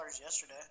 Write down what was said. yesterday